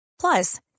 Plus